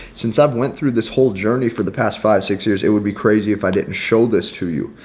since i've went through this whole journey for the past five, six years, it would be crazy if i didn't show this to you,